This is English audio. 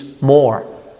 more